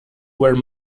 were